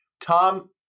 Tom